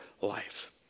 life